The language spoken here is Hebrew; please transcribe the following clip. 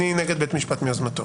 אני נגד "בית המשפט מיוזמתו".